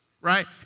right